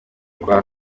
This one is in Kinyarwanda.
kwa